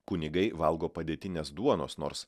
kunigai valgo padėtinės duonos nors